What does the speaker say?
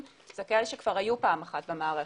הם כאלה שכבר היום פעם אחת במערכת.